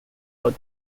for